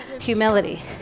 humility